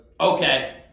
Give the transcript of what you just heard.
Okay